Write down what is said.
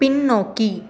பின்னோக்கி